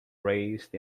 raised